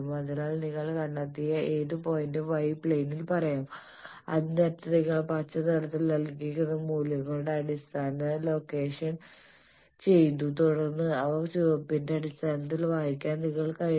അതിനാൽ നിങ്ങൾ കണ്ടെത്തിയ ഏത് പോയിന്റും y പ്ലെയിനിൽ പറയാം അതിനർത്ഥം നിങ്ങൾ പച്ച നിറത്തിൽ നൽകിയിരിക്കുന്ന മൂല്യങ്ങളുടെ അടിസ്ഥാനത്തിൽ ലൊക്കേറ്റ് ചെയ്തു തുടർന്ന് അവ ചുവപ്പിന്റെ അടിസ്ഥാനത്തിൽ വായിക്കാൻ നിങ്ങൾക്ക് കഴിയുന്നു